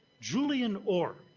julian orr.